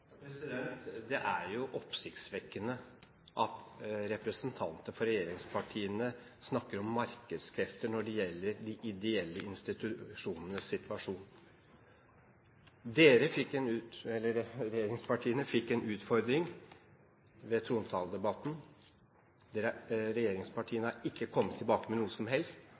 Det er jo oppsiktsvekkende at representanter fra regjeringspartiene snakker om markedskrefter når det gjelder de ideelle institusjonenes situasjon. Regjeringspartiene fikk en utfordring ved trontaledebatten. Regjeringspartiene har ikke kommet tilbake med noe som helst.